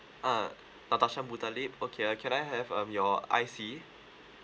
uh natasha mutalip okay uh can I have um your I_C